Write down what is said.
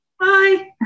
Bye